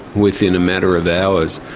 within a matter of hours,